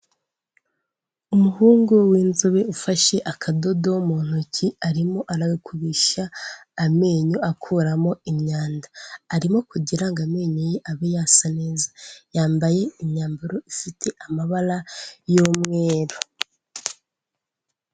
Umuhungu w'inzobe ufashe akadodo mu ntoki arimo aragakubisha amenyo akuramo imyanda, arimo kugira ngo amenyo ye abe yasa neza, yambaye imyambaro ifite amabara y'umweru.